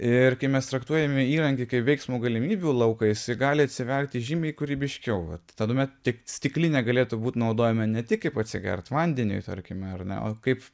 ir kai mes traktuojame įrankį kaip veiksmo galimybių lauką jisai gali atsiverti žymiai kūrybiškiau vat tuomet tik stiklinė galėtų būt naudojama ne tik kaip atsigert vandeniui tarkime ar ne o kaip